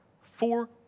four